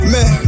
Man